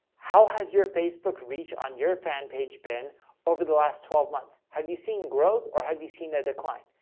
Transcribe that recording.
how has your facebook reach on your fan page been over the last twelve months? have you seen growth or have you seen a decline?